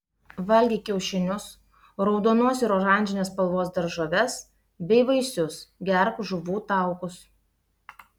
valgyk kiaušinius raudonos ir oranžinės spalvos daržoves bei vaisius gerk žuvų taukus